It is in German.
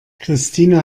christine